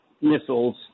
missiles